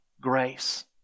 grace